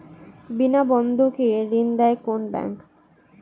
বিনা বন্ধকে ঋণ দেয় কোন ব্যাংক?